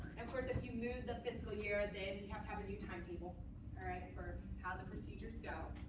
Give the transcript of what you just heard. and of course, if you move the fiscal year, then you have to have a new timetable for how the procedures go.